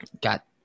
got